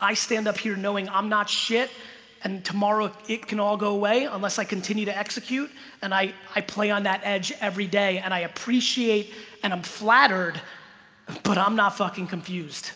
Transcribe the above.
i stand up here knowing i'm not shit and tomorrow it can all go away unless i continue to execute and i i play on that edge every day and i appreciate and i'm flattered but i'm not fucking confused